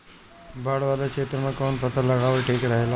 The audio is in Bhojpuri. बाढ़ वाला क्षेत्र में कउन फसल लगावल ठिक रहेला?